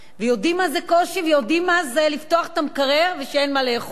ויודעים מה זה קושי ויודעים מה זה לפתוח את המקרר ואין מה לאכול.